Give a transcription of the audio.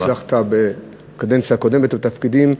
כפי שהצלחת בקדנציה קודמת בתפקידים,